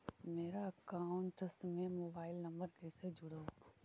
मेरा अकाउंटस में mobile number कैसे जुड़उ?